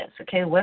Okay